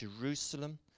Jerusalem